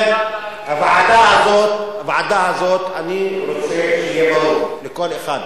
הוועדה הזאת, אני רוצה שיהיה ברור לכל אחד,